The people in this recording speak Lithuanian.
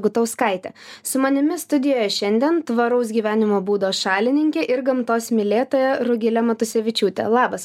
gutauskaitė su manimi studijoje šiandien tvaraus gyvenimo būdo šalininkė ir gamtos mylėtoja rugilė matusevičiūtė labas